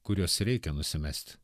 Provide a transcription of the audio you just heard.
kuriuos reikia nusimesti